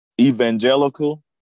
evangelical